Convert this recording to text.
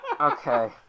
Okay